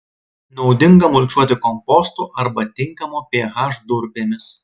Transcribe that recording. naudinga mulčiuoti kompostu arba tinkamo ph durpėmis